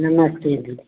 नमस्ते जी